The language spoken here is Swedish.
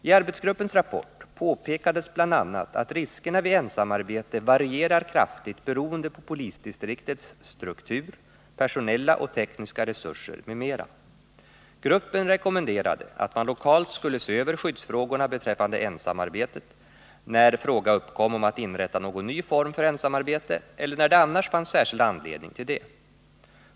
I arbetsgruppens rapport påpekades bl.a. att riskerna vid ensamarbete varierar kraftigt beroende på polisdistriktets struktur, personella och tekniska resurser m.m. Gruppen rekommenderade att man lokalt skulle se över skyddsfrågorna beträffande ensamarbetet, när fråga uppkom om att inrätta någon ny form för ensamarbete eller när det annars fanns särskild anledning till det.